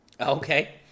okay